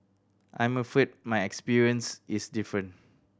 I'm afraid my experience is different